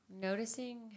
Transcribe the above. Noticing